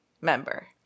member